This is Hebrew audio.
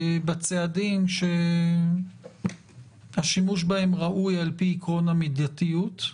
בצעדים שהשימוש בהם ראוי על פי עקרון המידתיות כמובן.